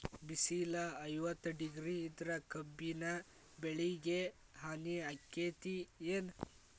ಬಿಸಿಲ ಐವತ್ತ ಡಿಗ್ರಿ ಇದ್ರ ಕಬ್ಬಿನ ಬೆಳಿಗೆ ಹಾನಿ ಆಕೆತ್ತಿ ಏನ್?